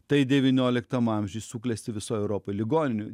tai devynioliktam amžiuj suklesti visoj europoj ligoninių